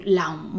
lòng